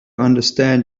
understand